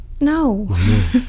No